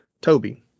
Toby